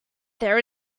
there